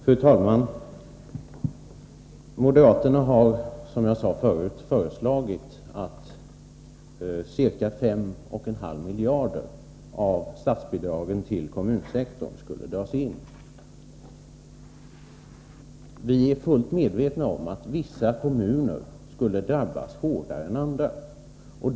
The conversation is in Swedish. Fru talman! Moderaterna har, som jag sade förut, föreslagit att ca 5,5 miljarder av statsbidragen till kommunsektorn skulle dras in. Vi är fullt medvetna om att vissa kommuner skulle drabbas hårdare än andra.